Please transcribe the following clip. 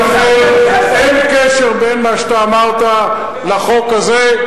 ולכן אין קשר בין מה שאתה אמרת לחוק הזה.